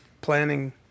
planning